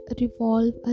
revolve